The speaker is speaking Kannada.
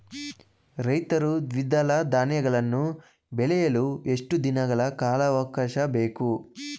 ರೈತರು ದ್ವಿದಳ ಧಾನ್ಯಗಳನ್ನು ಬೆಳೆಯಲು ಎಷ್ಟು ದಿನಗಳ ಕಾಲಾವಾಕಾಶ ಬೇಕು?